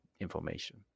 information